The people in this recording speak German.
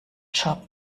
job